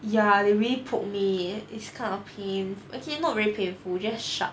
ya they really poke me and it's kind of pain okay not really painful it's just sharp